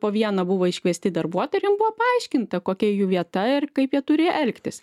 po vieną buvo iškviesti darbuotojai ir jiem buvo paaiškinta kokia jų vieta ir kaip jie turi elgtis